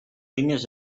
línies